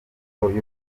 gufata